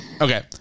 Okay